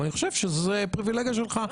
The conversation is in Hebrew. אבל אני חושב שזו הפריבילגיה שלך.